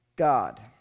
God